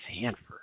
Sanford